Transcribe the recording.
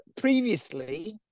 previously